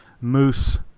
moose